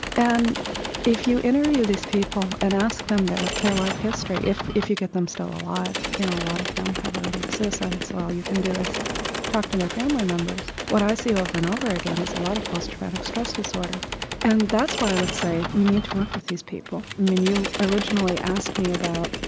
and if you interview these people and ask them their their life history, if if you get them still alive you know a lot of them have already suicided so all you can do is talk to their family members what i see over and over again is a lot of post-traumatic stress disorder and that's why i would say we need to work with these people. i mean you originally asked me about,